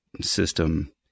system